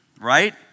right